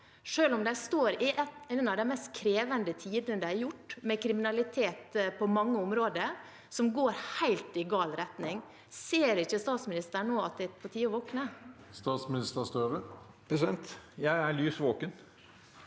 selv om de står i en av de mest krevende tidene de har stått i, med kriminalitet på mange områder, som går i helt gal retning. Ser ikke statsministeren nå at det er på tide å våkne? Statsminister Jonas Gahr Støre